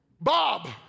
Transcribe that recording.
Bob